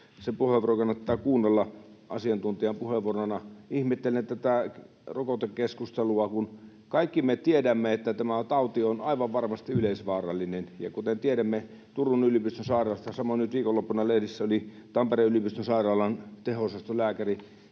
se puheenvuoro kannattaa kuunnella asiantuntijan puheenvuorona — minäkin ihmettelen tätä rokotekeskustelua, kun kaikki me tiedämme, että tämä tauti on aivan varmasti yleisvaarallinen. Kuten tiedämme Turun yliopistosairaalasta, samoin nyt viikonloppuna lehdissä Tampereen yliopistosairaalan teho-osaston lääkäri